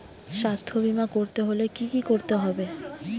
স্বাস্থ্যবীমা করতে হলে কি করতে হবে?